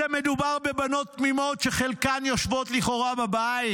מדובר בבנות תמימות שחלקן יושבות לכאורה בבית.